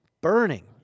burning